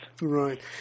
Right